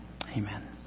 Amen